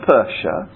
Persia